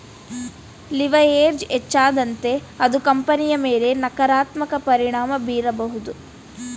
leverage ಹೆಚ್ಚಾದಂತೆ ಅದು ಕಂಪನಿಯ ಮೇಲೆ ನಕಾರಾತ್ಮಕ ಪರಿಣಾಮ ಬೀರಬಹುದು